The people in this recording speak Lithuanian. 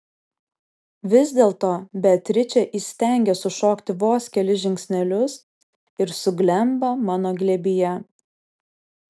vis dėlto beatričė įstengia sušokti vos kelis žingsnelius ir suglemba mano glėbyje